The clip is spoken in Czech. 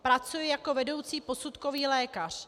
Pracuji jako vedoucí posudkový lékař.